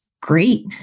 great